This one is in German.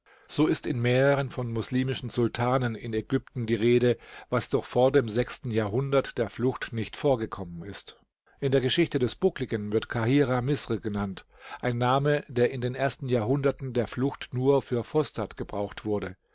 so ist in mehreren von moslimischen sultanen in ägypten die rede was doch vor dem sechsten jahrhundert der flucht nicht vorgekommen ist in der geschichte des buckligen wird kahirah mißr genannt ein name der in den ersten jahrhunderten der flucht nur für fostat gebraucht wurde